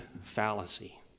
fallacy